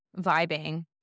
vibing